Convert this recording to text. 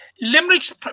Limerick's